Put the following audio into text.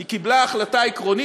היא קיבלה החלטה עקרונית